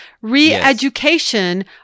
re-education